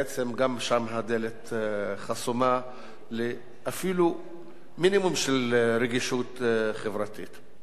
בעצם גם שם הדלת חסומה אפילו למינימום של רגישות חברתית.